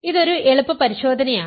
ഇത് ഒരു എളുപ്പ പരിശോധനയാണ്